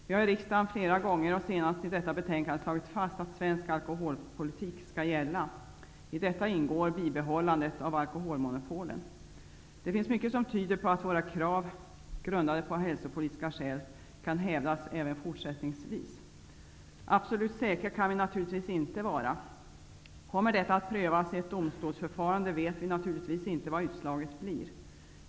Vi har i riksdagen flera gånger och senast i detta betänkande slagit fast att svensk alkoholpolitik skall gälla. I denna politik ingår ett bibehållande av alkoholmonopolen. Det finns mycket som tyder på att våra krav, grundade på hälsopolitiska skäl, även fortsättningsvis kan hävdas. Absolut säkra kan vi naturligtvis inte vara. Kommer detta att prövas i ett domstolsförfarande, vet vi naturligtvis inte vad utslaget blir.